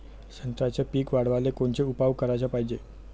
संत्र्याचं पीक वाढवाले कोनचे उपाव कराच पायजे?